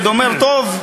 אומר: טוב,